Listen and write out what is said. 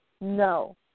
No